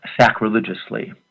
sacrilegiously